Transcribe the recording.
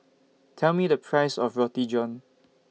Tell Me The Price of Roti John